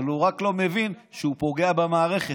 אבל הוא רק לא מבין שהוא פוגע במערכת,